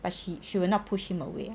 but she she will not push him away